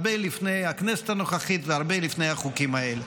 הרבה לפני הכנסת הנוכחית והרבה לפני החוקים האלה.